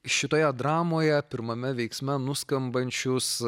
šitoje dramoje pirmame veiksme nuskambančius